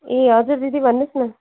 ए हजुर दिदी भन्नुहोस् न